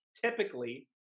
typically